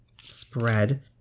spread